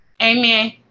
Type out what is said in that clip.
Amen